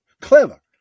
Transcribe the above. Clever